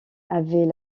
avait